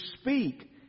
speak